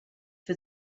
for